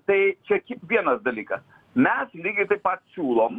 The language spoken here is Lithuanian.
tai čia kiek vienas dalykas mes lygiai taip pat siūlom